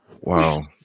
wow